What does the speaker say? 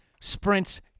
sprints